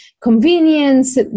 convenience